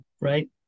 right